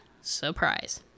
Surprise